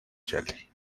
jelly